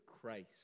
Christ